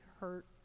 hurt